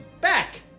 back